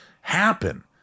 happen